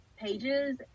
pages